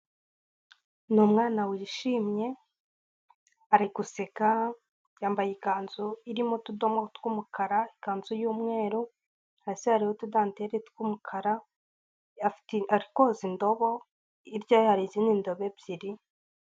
Ni umwanawana wishimye ari guseka yambaye ikanzu irimo utudomo tw'umukara ikanzu y'umweru, hasi hari utudanteri tw'umukara ari koza indobo hirya hari izindi ndobo ebyiri.